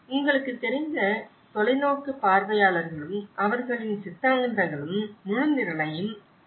உங்களுக்குத் தெரிந்த தொலைநோக்கு பார்வையாளர்களும் அவர்களின் சித்தாந்தங்களும் முழு நிரலையும் வழிநடத்துகின்றன